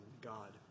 God